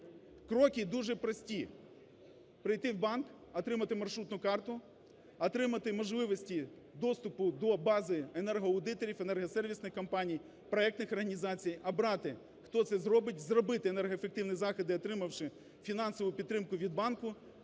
Кроки дуже прості: прийти в банк, отримати маршрутну карту, отримати можливості доступу до бази енергоаудиторів, енергосервісних компаній, проектних організацій, обрати, хто це зробить, зробити енергоефективні заходи, отримавши фінансову підтримку від банку,